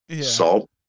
Salt